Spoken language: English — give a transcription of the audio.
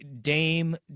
Dame